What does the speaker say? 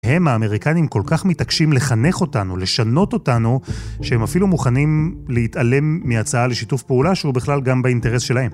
הם, האמריקנים, כל כך מתעקשים לחנך אותנו, לשנות אותנו, שהם אפילו מוכנים להתעלם מהצעה לשיתוף פעולה שהוא בכלל גם באינטרס שלהם.